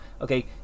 okay